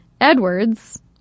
Edwards